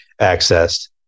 accessed